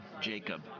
Jacob